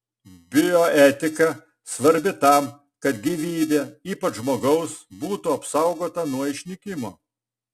bioetika svarbi tam kad gyvybė ypač žmogaus būtų apsaugota nuo išnykimo